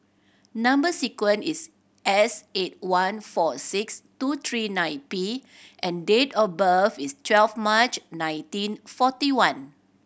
number sequence is S eight one four six two three nine P and date of birth is twelve March nineteen forty one